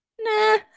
nah